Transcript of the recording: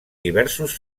diversos